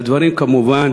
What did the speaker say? הדברים כמובן